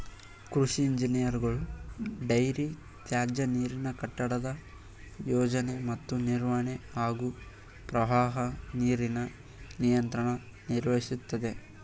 ಕೃಷಿ ಇಂಜಿನಿಯರ್ಗಳು ಡೈರಿ ತ್ಯಾಜ್ಯನೀರಿನ ಕಟ್ಟಡದ ಯೋಜನೆ ಮತ್ತು ನಿರ್ವಹಣೆ ಹಾಗೂ ಪ್ರವಾಹ ನೀರಿನ ನಿಯಂತ್ರಣ ನಿರ್ವಹಿಸ್ತದೆ